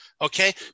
Okay